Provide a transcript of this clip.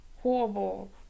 horrible